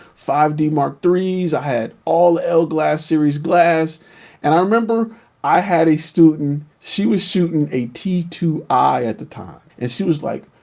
five d mark iii, i had all l glass series glass and i remember i had a student she was shooting a t two i at the time. and she was like,